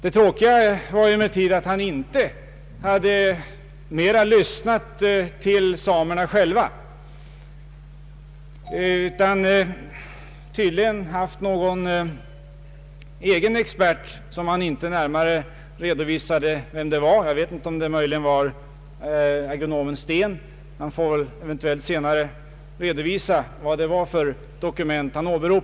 Det tråkiga var emellertid att han inte lyssnat mer till samerna utan tydligen anlitat en egen expert — statsrådet redovisade dock inte vem denna expert var. Jag vet inte om det möjligen var statsagronomen Stéen. Statsrådet får väl senare redovisa vilket dokument han har åberopat.